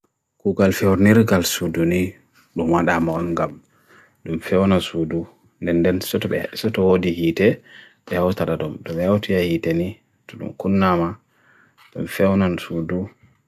Kukal feo nirukal sudu ni, dumada moangam, dum feo na sudu, nenden soto odi hite, dehao sada dum, dehao tia hiteni, dun kunna ma, dum feo na sudu.